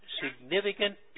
significant